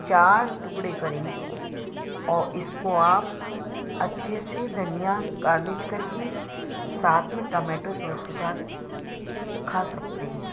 चार टुकड़े करेंगे और इसके आप अच्छे से धनिया गार्निश करके साथ में टमेटो सॉस के साथ खा सकते हैं